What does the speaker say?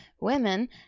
women